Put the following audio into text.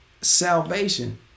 salvation